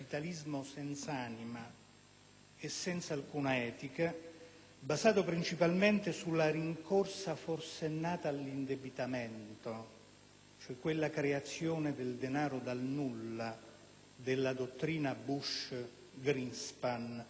e senza alcuna etica, basato principalmente sulla rincorsa forsennata all'indebitamento (cioè quella creazione del denaro dal nulla della dottrina Bush-Greenspan-Paulson),